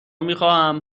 میخواهم